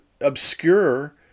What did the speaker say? obscure